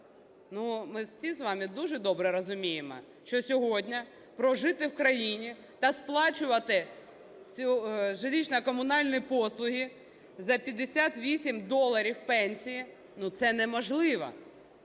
ми всі з вами дуже добре розуміємо, що сьогодні прожити в країні та сплачувати жилищно-коммунальные послуги за 58 доларів пенсії, ну, це неможливо.